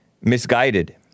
misguided